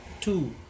two